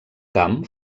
camp